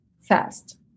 fast